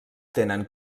tenen